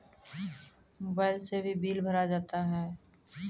Mobile से भी bill भरा जाता हैं?